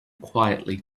quietly